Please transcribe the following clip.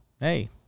Hey